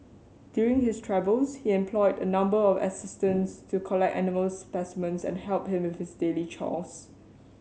during his travels he employed a number of assistants to collect animals specimens and help him with his daily chores